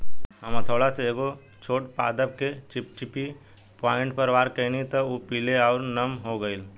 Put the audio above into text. हम हथौड़ा से एगो छोट पादप के चिपचिपी पॉइंट पर वार कैनी त उ पीले आउर नम हो गईल